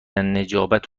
نجابت